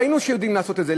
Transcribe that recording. ראינו שיודעים לעשות את זה,